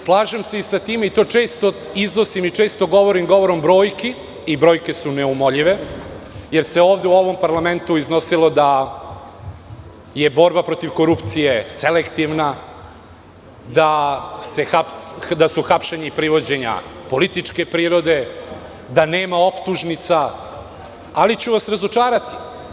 Slažem se i sa time i to često iznosim i često govorim govorom brojki i brojke su neumoljive, jer se ovde, u ovom parlamentu iznosilo da je borba protiv korupcije selektivna, da su hapšenja i privođenja političke prirode, da nema optužnica, ali ću vas razočarati.